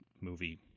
movie